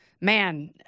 man